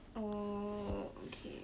oh okay